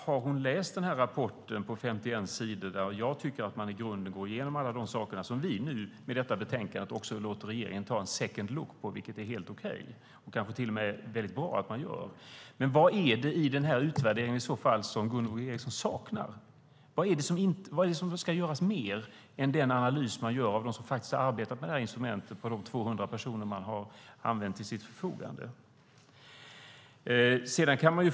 Har hon läst den här rapporten på 51 sidor, där jag tycker att man i grunden går igenom alla de saker som vi nu med detta betänkande också låter regeringen ta en second look på, vilket är helt okej och kanske till och med väldigt bra? Vad är det i så fall i den utvärderingen som Gunvor G Ericson saknar? Vad är det som ska göras mer än den analys som görs av dem som faktiskt har arbetat med det här instrumentet på de 200 personer som de har haft till sitt förfogande?